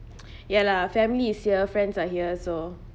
ya lah family is here friends are here so